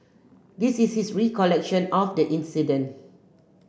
this is his recollection of the incident